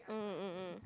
mm mm mm mm